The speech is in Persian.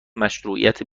مشروعیت